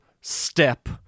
step